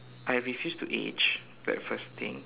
I refuse to age that first thing